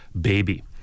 baby